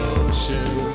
ocean